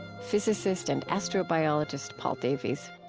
physicist and astrobiologist paul davies.